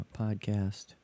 podcast